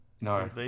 No